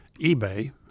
eBay